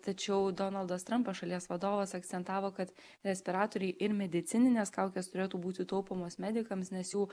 tačiau donaldas trampas šalies vadovas akcentavo kad respiratoriai ir medicininės kaukės turėtų būti taupomos medikams nes jų